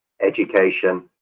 education